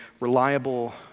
reliable